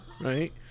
right